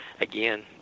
again